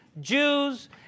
Jews